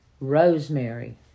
Rosemary